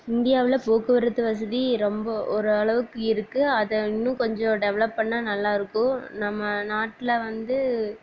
இந்தியாவில் போக்குவரத்து வசதி ரொம்ப ஒரு அளவுக்கு இருக்குது அதை இன்னும் கொஞ்சம் டெவலப் பண்ணிணா நல்லா இருக்கும் நம்ம நாட்டில் வந்து